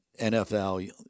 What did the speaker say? NFL